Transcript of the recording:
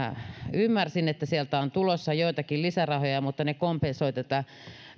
ymmärsin että sieltä on tulossa joitakin lisärahoja mutta ne kompensoivat tätä